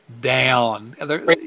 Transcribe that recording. down